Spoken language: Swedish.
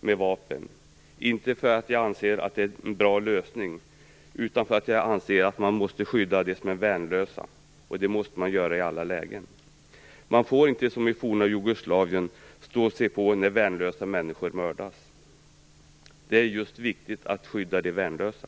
med vapen - inte för att jag anser att det är en bra lösning utan för att jag anser att man måste skydda dem som är värnlösa. Det måste man göra i alla lägen. Man får inte, som i det forna Jugoslavien, stå och se på när värnlösa människor mördas. Det är viktigt att skydda just de värnlösa.